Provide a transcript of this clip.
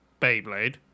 Beyblade